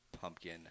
pumpkin